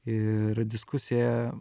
ir diskusija